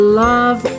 love